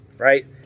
Right